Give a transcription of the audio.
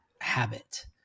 habit